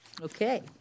Okay